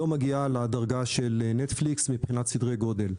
לא מגיעה לדרגה של נטפליקס מבחינת סדרי גודל.